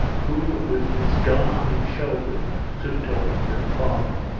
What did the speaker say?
who with his gun on his shoulder stood talking to her father.